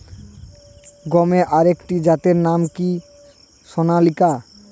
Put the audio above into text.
গমের আরেকটি জাতের নাম কি সোনালিকা?